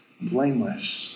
blameless